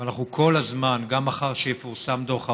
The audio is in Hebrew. אבל אנחנו כל הזמן, גם מחר, כשיפורסם דוח העוני,